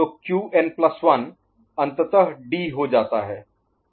तो Q N plus 1 Qn1अंततः D हो जाता है